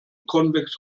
convex